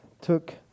Took